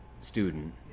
student